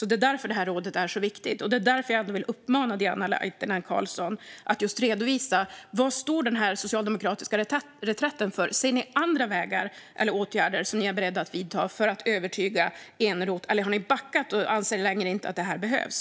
Det är därför rådet är så viktigt, och det är därför jag vill uppmana Diana Laitinen Carlsson att redovisa vad den socialdemokratiska reträtten står för. Ser ni andra vägar eller åtgärder som ni är beredda att vidta för att övertyga Eneroth, eller har ni backat och anser att de inte längre behövs?